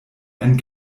ein